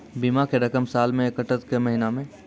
बीमा के रकम साल मे कटत कि महीना मे?